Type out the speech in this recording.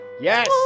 Yes